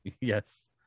Yes